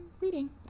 reading